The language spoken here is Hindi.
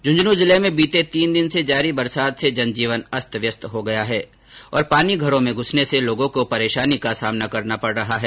झूंझनू जिले में बीते तीन दिन से जारी बरसात से जनजीवन अस्तव्यस्त हो गया है और पानी घरों में घूसने से लोगों को परेशानी का सामना करना पड़ रहा है